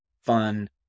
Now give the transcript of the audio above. fun